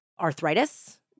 arthritis